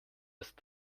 ist